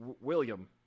William